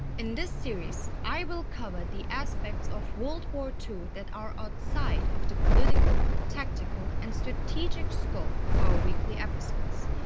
in this series i will cover the aspects of world war two that are outside of the political, tactical, and strategic scope of our weekly episodes,